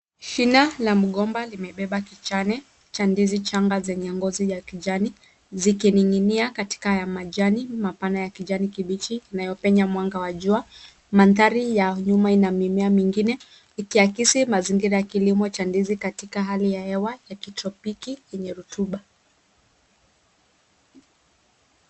Shina la mgomba limebeba kichane cha ndizi changa zenye ngozi ya kijani zikining'inia katika ya majani mapana ya kijani kibichi inayopenya mwanga wa jua. mandhari ya nyuma ina mimea mingine ikiakisi mazingira ya kilimo cha ndizi katika hali ya hewa ya kitropiki enye rotuba.